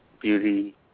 beauty